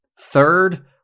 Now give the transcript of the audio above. third